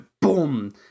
boom